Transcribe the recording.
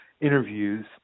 interviews